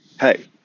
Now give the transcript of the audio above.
Hey